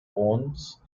horns